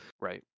right